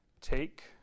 Take